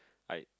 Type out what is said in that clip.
like